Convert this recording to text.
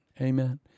Amen